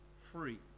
free